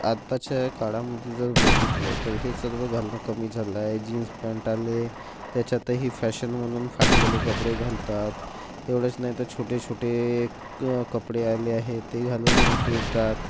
आताच्या काळामध्ये जर बघितलं तर हे सर्व घालणं कमी झालं आहे जीन्स पॅन्ट आले त्याच्यातही फॅशन म्हणून फाटलेले कपडे घालतात एवढंच नाही तर छोटे छोटे क कपडे आले आहे ते घालून फिरतात